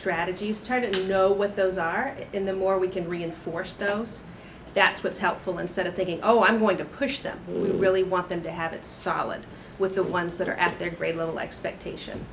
strategies try to know what those are in the more we can reinforce those that's what's helpful instead of thinking oh i want to push them we really want them to have a solid with the ones that are at their grade level expectation